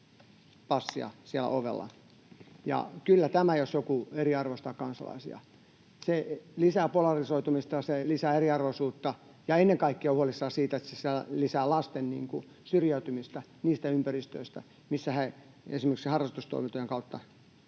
passia siellä ovella. Ja kyllä tämä jos joku eriarvoistaa kansalaisia. Se lisää polarisoitumista, ja se lisää eriarvoisuutta, ja ennen kaikkea olen huolissani siitä, että se lisää lasten syrjäytymistä niistä ympäristöistä, missä he esimerkiksi harrastustoimintojen kautta